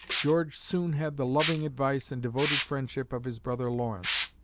george soon had the loving advice and devoted friendship of his brother lawrence.